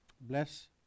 Bless